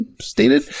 stated